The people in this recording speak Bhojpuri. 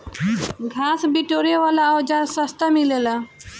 घास बिटोरे वाला औज़ार सस्ता मिलेला